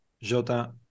Jota